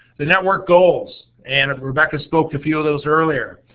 the network goals, and rebecca spoke a few of those earlier,